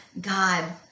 God